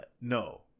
no